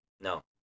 No